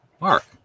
Mark